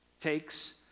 takes